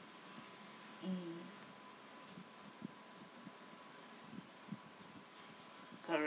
mm correct